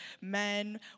men